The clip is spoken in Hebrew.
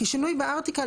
כי שינוי בארטיקל,